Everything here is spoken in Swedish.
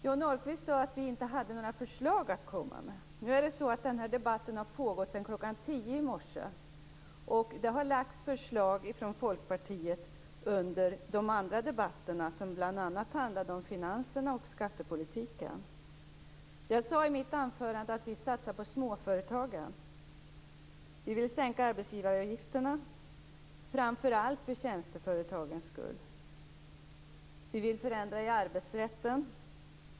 Johnny Ahlqvist sade att vi inte hade några förslag att komma med. Nu har den här debatten pågått sedan kl. 10.00 i morse. Det har lagts fram förslag från handlade om finanserna och om skattepolitiken. Jag sade i mitt anförande att vi satsar på småföretagen. Vi vill sänka arbetsgivaravgifterna, framför allt för tjänsteföretagens skull. Vi vill förändra i arbetsrätten.